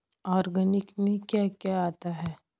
Organic में क्या क्या आता है?